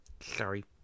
Sorry